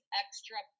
extra